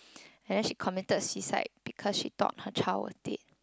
and then she committed suicide because she thought her child was dead